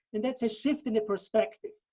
and that's a shift in the perspective.